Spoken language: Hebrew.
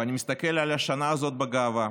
ואני מסתכל על השנה הזאת בגאווה.